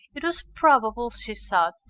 it was probable, she thought,